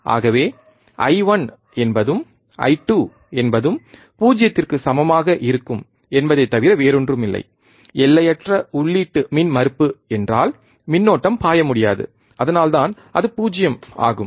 ஆகவே I1 என்பதும் I2 என்பதும் 0 க்கு சமமாக இருக்கும் என்பதை தவிர வேறொன்றுமில்லை எல்லையற்ற உள்ளீட்டு மின்மறுப்பு என்றால் மின்னோட்டம் பாய முடியாது அதனால்தான் அது 0 ஆகும்